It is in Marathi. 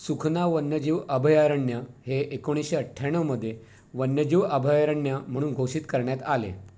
सुखना वन्यजीव अभयारण्य हे एकोणीसशे अठ्ठ्याण्णवमध्ये वन्यजीव अभयारण्य म्हणून घोषित करण्यात आले